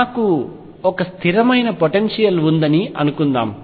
నాకు స్థిరమైన పొటెన్షియల్ ఉందని అనుకుందాం